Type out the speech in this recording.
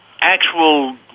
actual